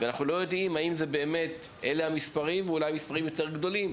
אנחנו לא יודעים אם אלה המספרים או שהם הרבה יותר גדולים,